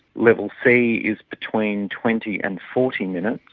level c is between twenty and forty minutes,